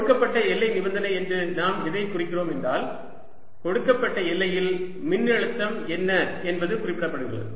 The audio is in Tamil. கொடுக்கப்பட்ட எல்லை நிபந்தனை என்று நாம் எதைக் குறிக்கிறோம் என்றால் கொடுக்கப்பட்ட எல்லையில் மின்னழுத்தம் என்ன என்பது குறிப்பிடப்பட்டுள்ளது